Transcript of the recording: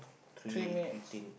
three minutes